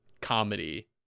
comedy